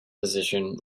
physician